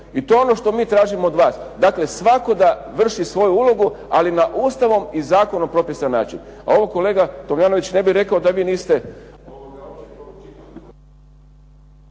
I to je ono što mi tražimo od vas, dakle, svatko da vrši svoju ulogu ali na ustavom i zakonom propisan način. A ovo kolega Tomljanović ne bih rekao da vi niste